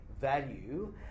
value